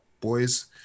boys